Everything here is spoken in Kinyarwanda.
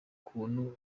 kuntu